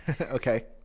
Okay